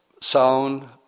sound